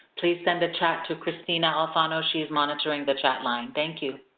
please send a chat to krystina alfano. she is monitoring the chat line. thank you.